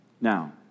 Now